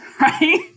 right